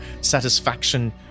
satisfaction